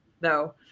no